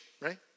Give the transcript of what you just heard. right